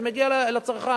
זה מגיע ליזם,